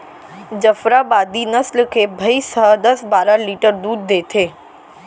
जफराबादी नसल के भईंस ह दस बारा लीटर दूद देथे